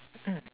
mm